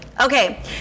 okay